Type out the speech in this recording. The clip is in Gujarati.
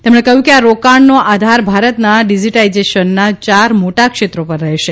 તેમણે કહ્યું કે આ રોકાણોનો આધાર ભારતના ડિજિટલાઇઝેશનના યાર મોટા ક્ષેત્રો પર રહેશે